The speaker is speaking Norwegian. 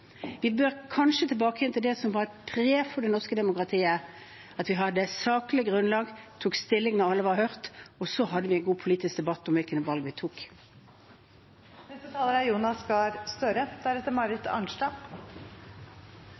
Vi bør kanskje gå tilbake til det som var et pre for det norske demokratiet: Vi hadde saklig grunnlag, tok stilling når alle var hørt, og så hadde vi en god politisk debatt om hvilke valg vi